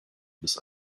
bis